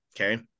Okay